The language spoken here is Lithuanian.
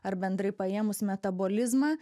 ar bendrai paėmus metabolizmą